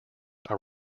are